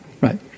Right